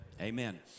amen